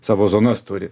savo zonas turi